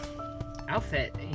outfit